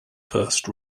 first